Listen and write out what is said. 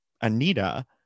anita